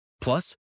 Plus